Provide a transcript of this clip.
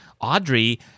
Audrey